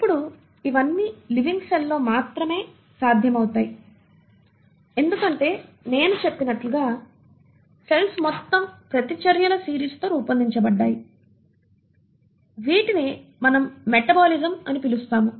ఇప్పుడు ఇవన్నీ living cell లో మాత్రమే సాధ్యమవుతాయి ఎందుకంటే నేను చెప్పినట్లుగా సెల్స్ మొత్తం ప్రతిచర్యల సిరీస్ తో రూపొందించబడ్డాయి వీటిని మనం మెటబాలిజం అని పిలుస్తాము